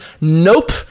Nope